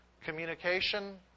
communication